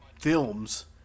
films